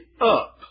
up